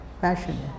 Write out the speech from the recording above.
passion